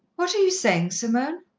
what are you saying, simone?